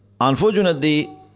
Unfortunately